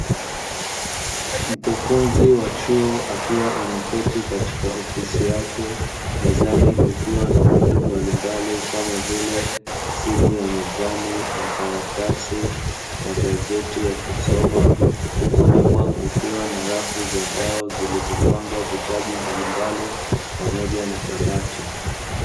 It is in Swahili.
Mkufunzi wa chuo akiwa ameketi katika ofisi yake mezani kukiwa na vitu mbalimbali kama vile simu ya mezani, makaratasi, magazeti ya kusoma huku nyuma kukiwa na rafu za mbao zilizopangwa vitabu mbalimbali pamoja na kabati.